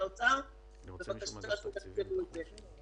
לאוצר בבקשה שיתקצבו את זה.